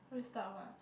why you start what